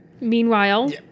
Meanwhile